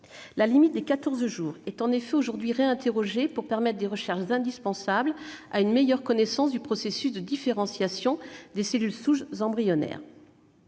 la limite de quatorze jours est aujourd'hui réinterrogée, pour permettre des recherches indispensables à une meilleure connaissance du processus de différenciation des cellules souches embryonnaires.